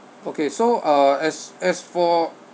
okay so uh as as for